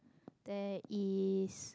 there is